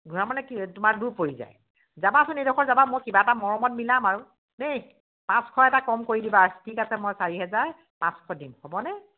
ঘোঁৰামৰালৈ কি তোমাৰ দূৰ পৰি যায় যাবাচোন এইডোখৰ যাবা মই কিবা এটা মৰমত মিলাম আৰু দেই পাঁচশ এটা কম কৰি দিবা থিক আছে মই চাৰি হেজাৰ পাঁচশ দিম হ'বনে